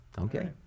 Okay